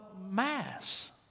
mass